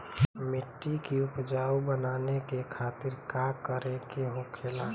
मिट्टी की उपजाऊ बनाने के खातिर का करके होखेला?